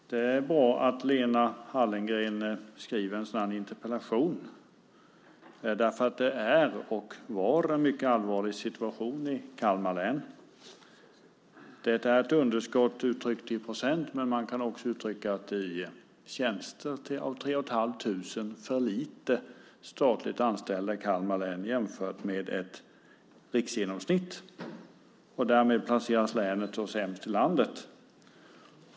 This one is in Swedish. Herr talman! Det är bra att Lena Hallengren skriver en sådan här interpellation, för det är och var en mycket allvarlig situation i Kalmar län. Underskottet är uttryckt i procent, men man kan också uttrycka det i tjänster - det är tre och ett halvt tusen för få statligt anställda i Kalmar län jämfört med ett riksgenomsnitt. Därmed placeras länet sämst i landet.